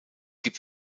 gibt